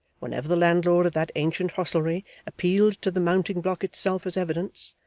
whenever the landlord of that ancient hostelry appealed to the mounting block itself as evidence,